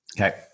Okay